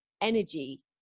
energy